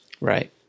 right